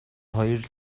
хоёр